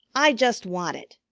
i just want it,